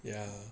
ya